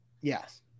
Yes